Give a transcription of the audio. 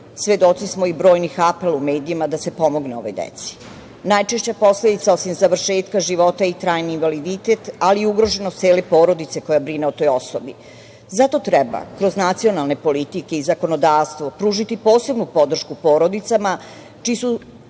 Svedoci smo i brojnih apela u medijima da se u medijima da se pomogne ovoj deci. Najčešća posledica osim završetka života i trajni invaliditet, ali i ugroženost cele porodice koja brine o toj osobi. Zato treba kroz nacionalne politike i zakonodavstvo pružiti posebnu podršku porodicama čiji su